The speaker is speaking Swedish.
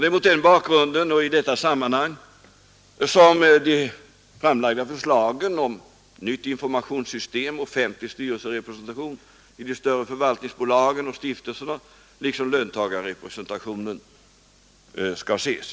Det är mot den bakgrunden och i detta sammanhang som de framlagda förslagen om nytt informationssystem, stiftelserna liksom löntagarrepresentationen skall ses.